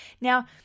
Now